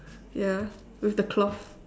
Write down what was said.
ya with the cloth